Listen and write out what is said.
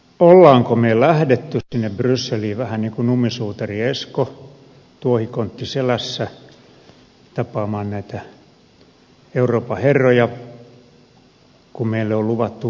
olemmeko me lähteneet sinne brysseliin vähän niin kuin nummisuutarin esko tuohikontti selässä tapaamaan näitä euroopan herroja kun meille on luvattu vakuuksia